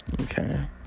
Okay